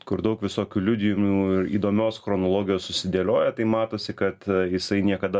kur daug visokių liudijimų ir įdomios chronologijos susidėliojo tai matosi kad jisai niekada